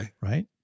right